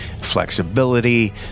flexibility